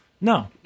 no